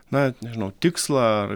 na nežinau tikslą ar